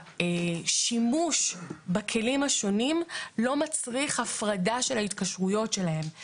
השימוש בכלים השונים לא מצריך הפרדה של ההתקשרויות שלהם.